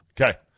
Okay